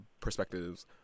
perspectives